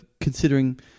considering